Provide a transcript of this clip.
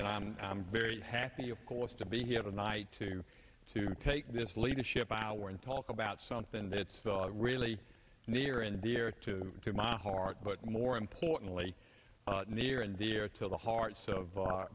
and i'm very happy of course to be here tonight to to take this leadership hour and talk about something that's really near and dear to my heart but more importantly near and dear to the hearts of